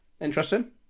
interesting